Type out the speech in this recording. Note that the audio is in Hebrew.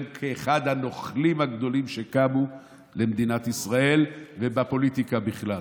כאחד הנוכלים הגדולים שקמו למדינת ישראל ובפוליטיקה בכלל.